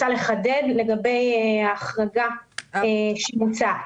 לגבי ההחרגה שמוצעת.